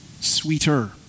sweeter